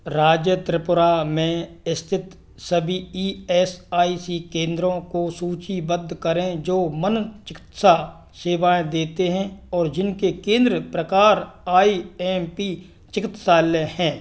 राज्य त्रिपुरा में स्थित सभी ई एस आई सी केंद्रो को सूचीबद्ध करें जो मनचिकित्सा सेवाएँ देते हैं और जिनके केंद्र प्रकार आई एम पी चिकित्सालय हैं